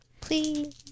please